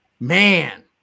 Man